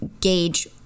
gauge